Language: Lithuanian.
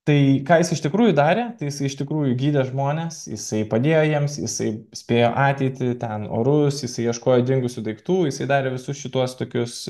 tai ką jis iš tikrųjų darė tai jis iš tikrųjų gydė žmones jisai padėjo jiems jisai spėjo ateitį ten orus jisai ieškojo dingusių daiktų jisai darė visus šituos tokius